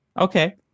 Okay